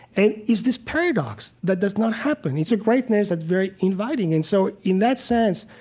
and it's this paradox that does not happen it's a greatness that's very inviting. and so, in that sense,